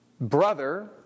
brother